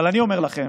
אבל אני אומר לכם